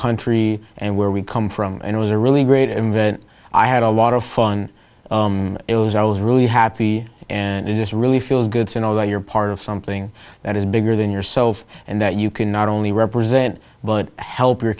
country and where we come from and it was a really great event i had a lot of fun it was i was really happy and it just really feels good to know that you're part of something that is bigger than yourself and that you can not only represent but help your